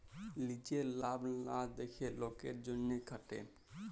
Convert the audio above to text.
লিজের লাভ লা দ্যাখে লকের জ্যনহে খাটে